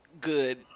good